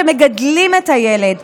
שמגדלים את הילד,